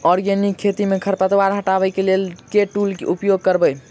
Organic खेती मे खरपतवार हटाबै लेल केँ टूल उपयोग करबै?